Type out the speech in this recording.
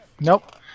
Nope